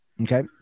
Okay